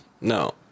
No